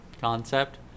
concept